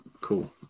Cool